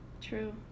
true